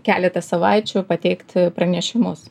keletą savaičių pateikti pranešimus